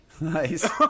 Nice